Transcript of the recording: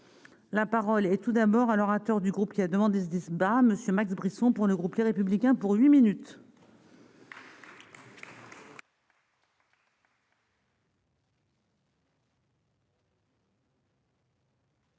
la parole est tout d'abord à l'orateur du groupe, qui a demandé Monsieur Max Brisson pour le groupe Les Républicains pour 8 minutes.